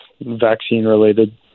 vaccine-related